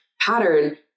pattern